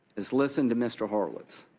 is listen to mr. horowitz